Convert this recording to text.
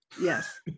Yes